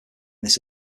this